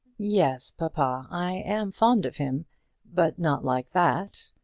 yes, papa i am fond of him but not like that.